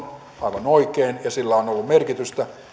aivan oikein ja sillä on on ollut merkitystä